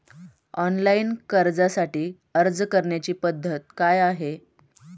Online कर्जासाठी अर्ज करण्याची पद्धत काय आहे?